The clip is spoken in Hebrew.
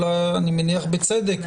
אני מניח שבצדק,